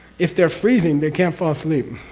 if they're freezing they can't fall asleep.